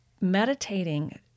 meditating